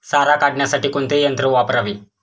सारा काढण्यासाठी कोणते यंत्र वापरावे?